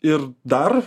ir dar